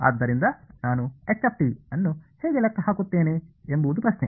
ಆದ್ದರಿಂದ ನಾನು h ಅನ್ನು ಹೇಗೆ ಲೆಕ್ಕ ಹಾಕುತ್ತೇನೆ ಎಂಬುದು ಪ್ರಶ್ನೆ